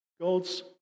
God's